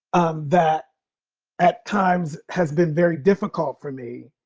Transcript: um that at times has been very difficult for me,